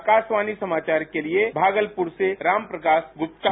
आकाशवाणी समाचार के लिए भागलपुर से राम प्रकाश गुप्ता